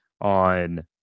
on